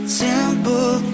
simple